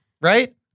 Right